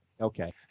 Okay